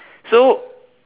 so